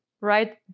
right